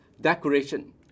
decoration